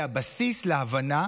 זה הבסיס להבנה